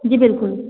जी बिल्कुल